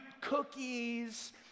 cookies